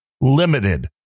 limited